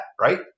Right